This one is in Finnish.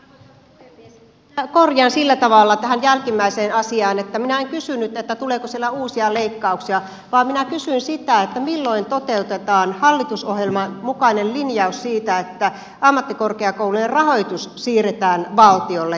minä korjaan sillä tavalla tähän jälkimmäiseen asiaan että minä en kysynyt tuleeko siellä uusia leikkauksia vaan minä kysyin sitä milloin toteutetaan hallitusohjelman mukainen linjaus siitä että ammattikorkeakoulujen rahoitus siirretään valtiolle